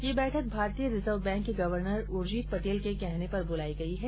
यह बैठक भारतीय रिजर्व बैंक के गवर्नर उर्जित पटेल के कहने पर बुलाई गई है